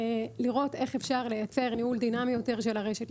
לראות איך אפשר לייצר ניהול דינמי יותר של הרשת;